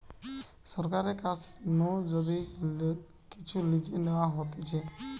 সরকারের কাছ নু যদি কিচু লিজে নেওয়া হতিছে